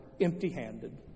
empty-handed